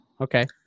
Okay